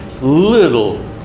little